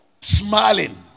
smiling